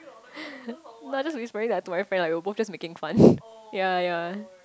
no I just whispering that to my friend like we were both just making fun ya ya